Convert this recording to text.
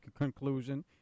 conclusion